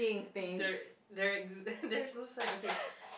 there there there's no sign okay